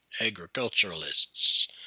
agriculturalists